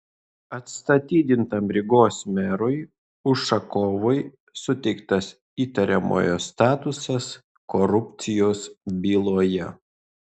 atstatydintam rygos merui ušakovui suteiktas įtariamojo statusas korupcijos byloje